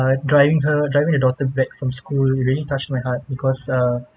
err driving her driving the daughter back from school it really touched my heart because err